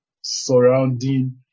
surrounding